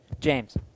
james